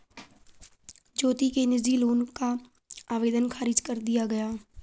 ज्योति के निजी लोन का आवेदन ख़ारिज कर दिया गया